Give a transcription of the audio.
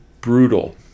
brutal